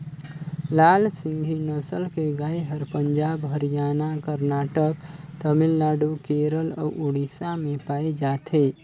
लाल सिंघी नसल के गाय हर पंजाब, हरियाणा, करनाटक, तमिलनाडु, केरल अउ उड़ीसा में पाए जाथे